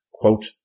Quote